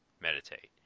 meditate